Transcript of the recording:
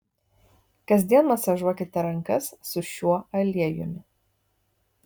kasdien masažuokite rankas su šiuo aliejumi